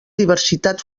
diversitat